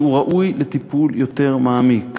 כי הוא ראוי לטיפול יותר מעמיק.